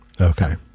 Okay